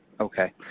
Okay